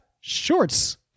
Shorts